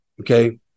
Okay